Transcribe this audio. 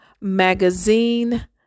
magazine